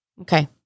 Okay